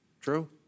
True